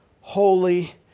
holy